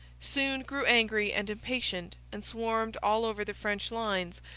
soon grew angry and impatient, and swarmed all over the french lines,